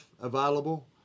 available